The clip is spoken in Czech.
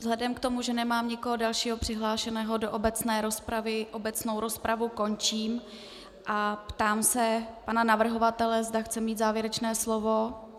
Vzhledem k tomu, že nemám nikoho dalšího přihlášeného do obecné rozpravy, obecnou rozpravu končím a ptám se pana navrhovatele, zda chce mít závěrečné slovo.